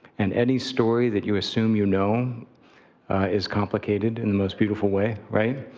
and any story that you assume you know is complicated in the most beautiful way, right?